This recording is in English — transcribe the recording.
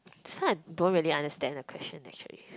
this one don't really understand the question actually